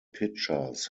pitchers